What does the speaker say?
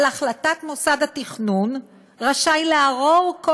על החלטת מוסד התכנון רשאי לערור כל